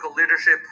leadership